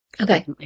Okay